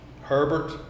Herbert